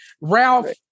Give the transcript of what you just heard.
Ralph